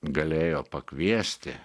galėjo pakviesti